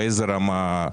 באיזו רמה?